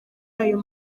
ayo